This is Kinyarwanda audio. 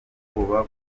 ubwoba